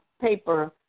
paper